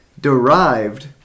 derived